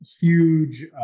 huge